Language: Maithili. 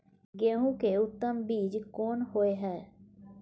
गेहूं के उत्तम बीज कोन होय है?